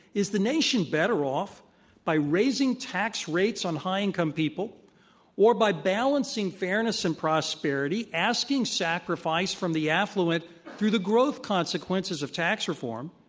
is the nation better off by raising tax rates on high income people or by balancing fairness and prosperity, asking sacrifice from the affluent through the growth consequences of tax reform,